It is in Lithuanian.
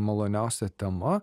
maloniausia tema